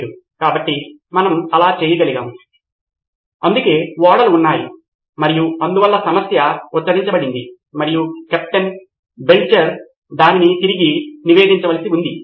సరే కాబట్టి ఈ ప్రత్యేకమైన కార్యాచరణ చేయడానికి ప్రత్యేక సమయాన్ని కేటాయించడం మరియు దానితో సంబంధం ఉన్న ప్రేరణతో నేను పేర్కొన్న సమస్యతో ఇది ఏదో ఒకవిధంగా సంబంధం కలిగి ఉంటుంది